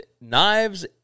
knives